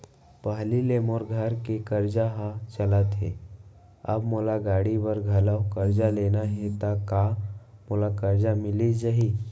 पहिली ले मोर घर के करजा ह चलत हे, अब मोला गाड़ी बर घलव करजा लेना हे ता का मोला करजा मिलिस जाही?